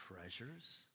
treasures